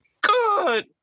good